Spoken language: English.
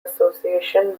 association